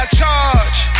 charge